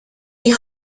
die